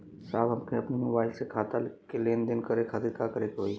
साहब हमके अपने मोबाइल से खाता के लेनदेन करे खातिर का करे के होई?